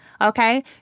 Okay